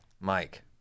Mike